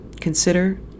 consider